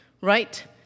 right